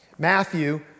Matthew